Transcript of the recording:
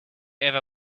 ever